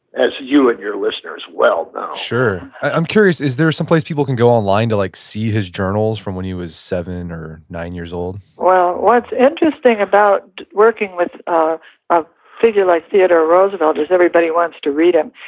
as you and your listeners well know sure. i'm curious, is there someplace people can go online to like see his journals from when he was seven or nine years old? well, what's interesting about working with a figure like theodore roosevelt is everybody wants to read him.